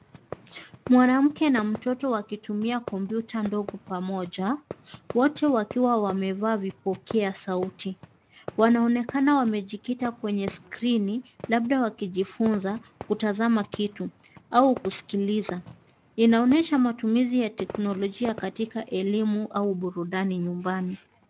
Mwanamke na mtoto wakitumia kompyuta ndogo pamoja, wote wakiwa mamevaa vipokea sauti. Wanaonekana wamejikita kwenye skrini labda wakijifunza kutazama kitu au kusikiliza. Inaonyesha matumizi ya teknolojia katika elimu au burudani nyumbani.